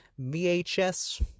VHS